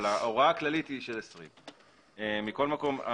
אבל ההוראה הכללית היא של 20. מכל מקום,